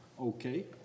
okay